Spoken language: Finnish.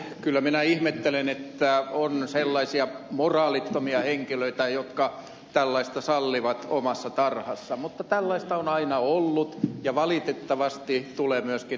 kyllä minä ihmettelen että on sellaisia moraalittomia henkilöitä jotka tällaista sallivat omassa tarhassaan mutta tällaista on aina ollut ja valitettavasti tulee myöskin aina esiintymään